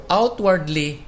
outwardly